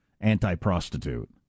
anti-prostitute